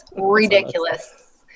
ridiculous